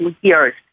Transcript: years